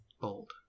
Bold